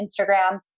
Instagram